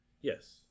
Yes